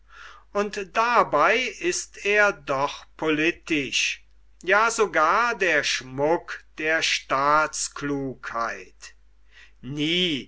und dabei ist er doch politisch ja sogar der schmuck der staatsklugheit nie